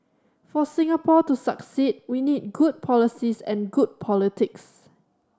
for Singapore to succeed we need good policies and good politics